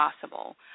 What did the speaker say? possible